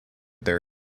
their